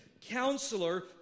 counselor